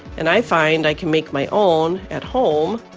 and i find i can make my own at home.